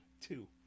Two